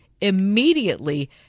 immediately